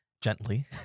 gently